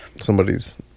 somebody's